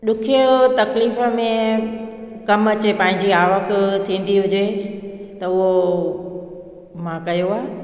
ॾुखियो तकलीफ़ में कमु अचे पांजी आवक थींदी हुजे त उहो मां कयो आहे